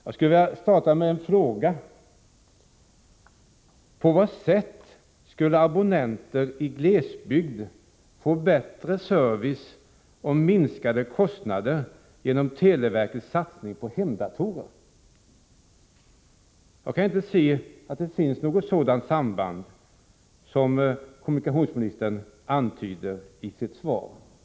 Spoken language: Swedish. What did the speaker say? Jag skulle vilja börja med en fråga: På vad sätt skulle abonnenter i glesbygden få bättre service och minskade kostnader genom televerkets satsning på hemdatorer? Jag kan inte se att det finns något sådant samband som kommunikationsministern antyder i sitt svar.